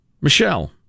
Michelle